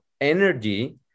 energy